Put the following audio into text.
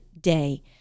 day